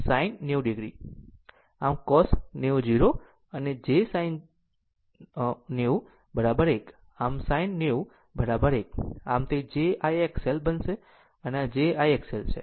આમ cos 90 0 અને j sin 90 1 આમ sin 90 1 આમ તે j I XL બનશે આ j I XL છે